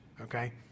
okay